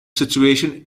situation